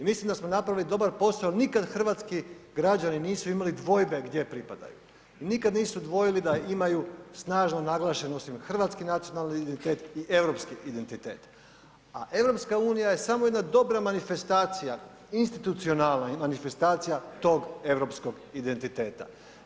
I mislim da smo napravili dobar posao nikad hrvatski građani imali dvojbe gdje pripadaju i nikad nisu dvojili da imaju snažnu naglašenost i na hrvatski nacionalni identitet i europski identitet, a EU je samo jedna dobra manifestacija, institucionalna manifestacija tog europskog identiteta.